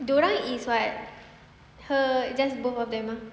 dorang is what her just both of them ah